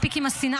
מספיק עם השנאה,